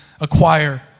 acquire